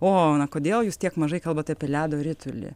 o na kodėl jūs tiek mažai kalbat apie ledo ritulį